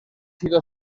sido